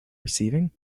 receiving